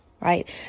right